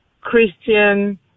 Christian